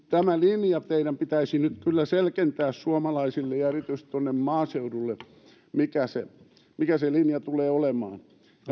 tämä linja teidän pitäisi nyt kyllä selventää suomalaisille ja erityisesti tuonne maaseudulle että mikä se linja tulee olemaan